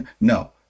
No